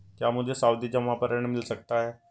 क्या मुझे सावधि जमा पर ऋण मिल सकता है?